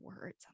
words